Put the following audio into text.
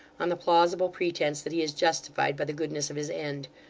on the plausible pretence that he is justified by the goodness of his end.